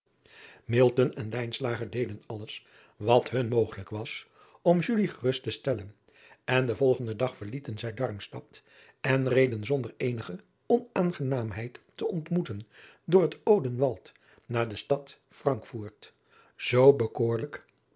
en deden alles wat hun mogelijk was om gerust te stellen en den volgenden dag verlieten zij armstad en reden zonder eenige onaangenaamheid te ontmoeten door het denwald naar de stad rankfort zoo bekoorlijk